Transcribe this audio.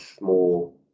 more